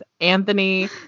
Anthony